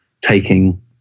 taking